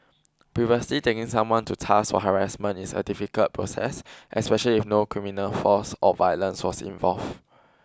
previously taking someone to task for harassment is a difficult process especially if no criminal force or violence was involved